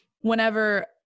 whenever